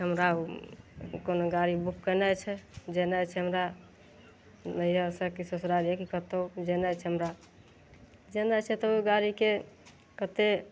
हम गाव कोनो गारी बुक केनाइ छै जेनाइ छै हम गा नैहर सऽ की ससुराल जै कि कतो जेनाइ छै हमरा जेनाइ छै तऽ ऊ गारी के कते